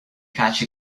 catch